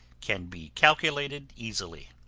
can be calculated easily.